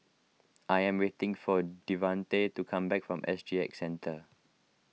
I am waiting for Devante to come back from S G X Centre